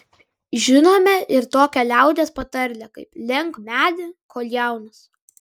žinome ir tokią liaudies patarlę kaip lenk medį kol jaunas